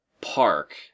park